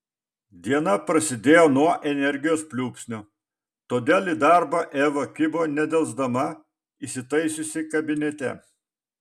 diena prasidėjo nuo energijos pliūpsnio todėl į darbą eva kibo nedelsdama įsitaisiusi kabinete